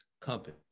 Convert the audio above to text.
company